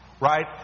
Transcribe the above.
Right